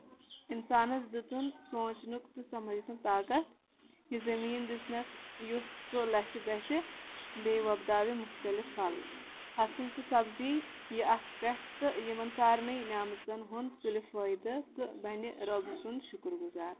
اِنسانس دِتُن سوٚنٛچنُک تہٕ سَمجنُک طاقت یہِ زمیٖن دِژٕنس یُتھ سُہ لَسہِ بَسہِ بیٚیہِ وۄپداوِ مُختٔلِف پھل فصٕل تہٕ سَبزی یہِ اَتھ پٮ۪ٹھ تہٕ یِمن سارنے نعمژَن ہُنٛد تُلہِ فٲیدٕ تہٕ بَنہِ رۄبہٕ سُنٛد شُکُر گُزار